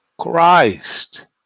Christ